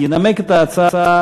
ינמק את ההצעה